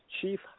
Chief